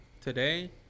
today